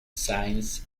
science